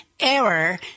error